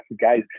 guys